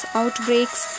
outbreaks